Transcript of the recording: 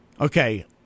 Okay